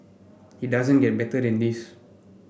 it doesn't get better than this